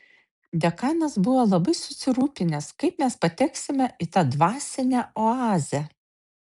dekanas buvo labai susirūpinęs kaip mes pateksime į tą dvasinę oazę